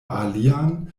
alian